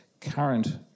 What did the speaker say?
current